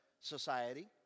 society